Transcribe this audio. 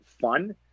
fun